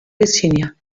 virgínia